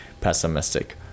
pessimistic